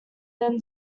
then